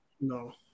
no